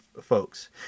folks